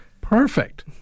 Perfect